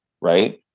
right